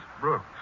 Brooks